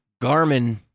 Garmin